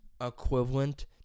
equivalent